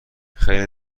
خیلی